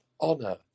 honor